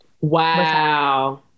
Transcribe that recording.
Wow